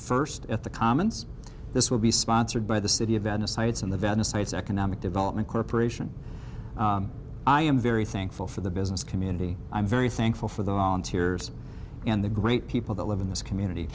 first at the commons this will be sponsored by the city of venice heights and the venice heights economic development corporation i am very thankful for the business community i'm very thankful for the on tears and the great people that live in this community